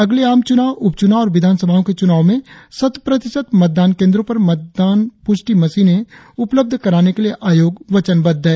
अगले आम चुनाव उपचुनाव और विधानसभाओं के चुनाव में शत प्रतिशत मतदान केंद्रों पर मतदान पुष्टि मशीने उपलब्ध कराने के लिए आयोग वचन बद्ध है